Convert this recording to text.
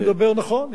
נכון,